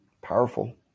powerful